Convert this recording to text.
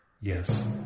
Yes